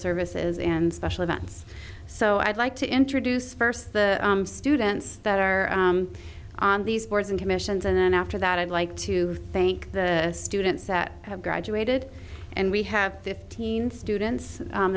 services and special events so i'd like to enter duce first the students that are on these boards and commissions and then after that i'd like to thank the students that have graduated and we have fifteen students